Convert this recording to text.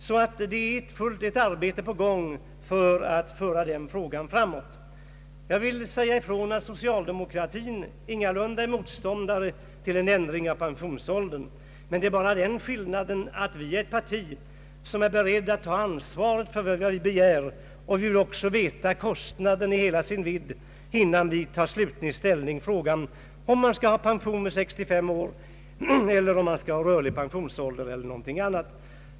Det är alltså ett arbete på gång för att föra den frågan framåt. Socialdemokratin är ingalunda motståndare till en ändring av pensionsåldern. Men det är den skillnaden att vi är ett parti som är berett att ta ansvaret för vad vi begär. Vi vill veta kostnaderna i hela deras vidd innan vi tar slutlig ställning till frågan om pensionering vid 65 år, rörlig pensionsålder eller någonting annat.